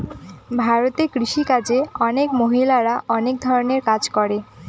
ভারতে কৃষি কাজে অনেক মহিলারা অনেক ধরনের কাজ করে